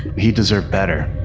he deserve better.